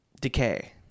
decay